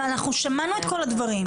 אנחנו שמענו את כל הדברים.